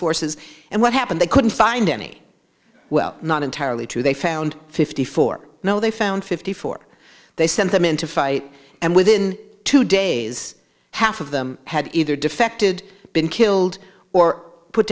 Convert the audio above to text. forces and what happened they couldn't find any well not entirely true they found fifty four no they found fifty four they sent them into fight and within two days half of them had either defected been killed or put